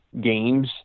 games